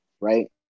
right